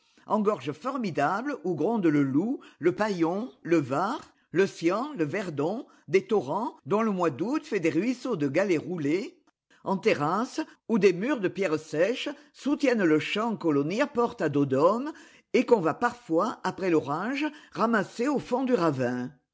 gorges formidables où grondent le loup le paillon le var le cians le verdon des torrents dont le mois d'août fait des ruisseaux de galets roulés en terrasses où des murs de pierres sèches soutiennent le champ que l'on y apporte à dos d'homme et qu'on va parfois après l'orage ramasser au fond du ravin